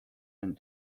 and